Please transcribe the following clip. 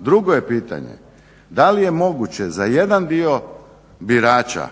Drugo je pitanje da li je moguće za jedan dio birača